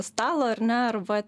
stalo ar ne arba